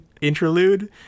interlude